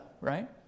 right